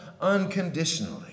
unconditionally